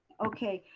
okay,